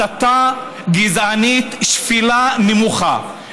הסתה גזענית, שפלה נמוכה.